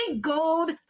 Gold